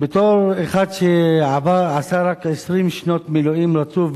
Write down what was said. בתור אחד שעשה רק 20 שנות מילואים רצוף,